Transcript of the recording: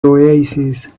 oasis